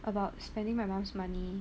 about spending my mum's money